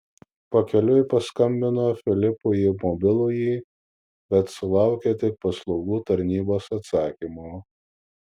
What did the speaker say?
pakeliui paskambino filipui į mobilųjį bet sulaukė tik paslaugų tarnybos atsakymo